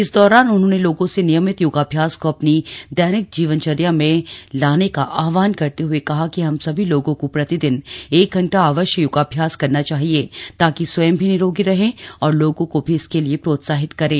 इस दौरान उन्होंने लोगों से नियमित योगाभ्यास को अपनी दैनिक जीवनचर्या में लाने का आह्वान करते हुए कहा कि हम सभी लोगों को प्रतिदिन एक घंटा अवश्य योगाभ्यास करना चाहिए ताकि स्वयं भी निरोगी रहे और लोगों को भी इसके लिए प्रोत्साहित करें